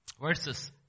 verses